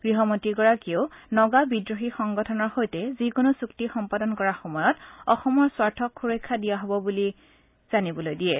গৃহমন্ত্ৰীগৰাকীয়েও নগা বিদ্ৰোহী সংগঠনৰ সৈতে যিকোনো চুক্তি সম্পাদন কৰাৰ সময়ত অসমৰ স্বাৰ্থক সুৰক্ষা দিয়া হ'ব বুলি তেওঁ জানিবলৈ দিয়ে